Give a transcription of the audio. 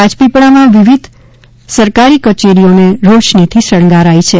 રાજપીપળામાં વિવિધ સરકારી કચેરીઓને રોશનીથી શણગારાઇ છે